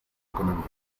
economía